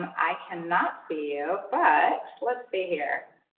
i cannot see you, but let's see here.